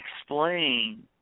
explain